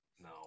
No